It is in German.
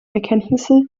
erkenntnisse